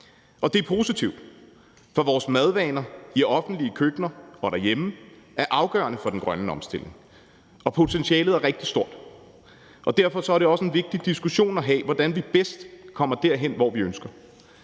og det er positivt, for vores madvaner i offentlige køkkener og derhjemme er afgørende for den grønne omstilling. Potentialet er rigtig stort. Derfor er det også en vigtig diskussion at have: Hvordan vi bedst kommer derhen, hvor vi ønsker.